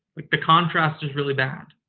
like the contrast is really bad.